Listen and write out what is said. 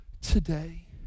today